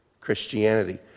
Christianity